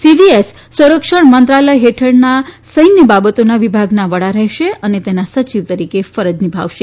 CDS સંરક્ષણ મંત્રાલય હેઠળના સેન્ય બાબતોના વિભાગના વડા રહેશે અને તેના સયિવ તરીકે ફરજ નિભાવશે